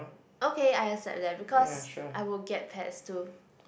okay I accept that because I will get pets too